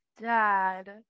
dad